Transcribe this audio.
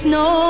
no